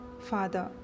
father